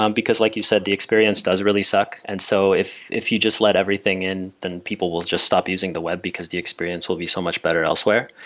um because like you said, the experience does really suck. and so if if you just let everything in, then people will just stop using the web, because the experience will be so much better elsewhere.